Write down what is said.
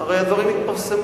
הרי הדברים יתפרסמו.